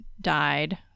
died